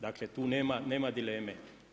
Dakle tu nema dileme.